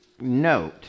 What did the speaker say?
note